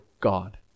God